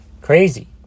crazy